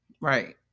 Right